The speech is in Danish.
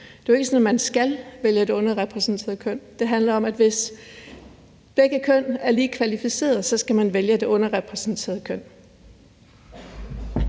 Det er jo ikke sådan, at man altid skal vælge det underrepræsenterede køn. Det handler om, at hvis begge køn er lige kvalificerede, skal man vælge det underrepræsenterede køn.